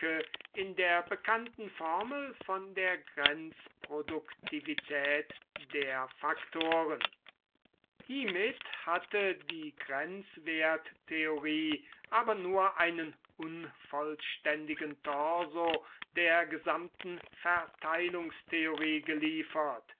in der bekannten formel von der grenzproduktivität der faktoren hiemit hatte die grenzwerttheorie aber nur einen unvollständigen torso der gesamten verteilungstheorie geliefert